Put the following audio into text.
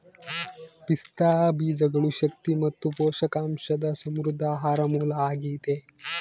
ಪಿಸ್ತಾ ಬೀಜಗಳು ಶಕ್ತಿ ಮತ್ತು ಪೋಷಕಾಂಶದ ಸಮೃದ್ಧ ಆಹಾರ ಮೂಲ ಆಗಿದೆ